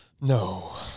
No